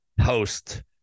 host